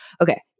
okay